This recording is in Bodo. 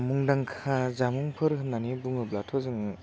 मुंदांखा जामुंफोर होननानै बुङोब्लाथ' जोङो